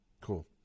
Cool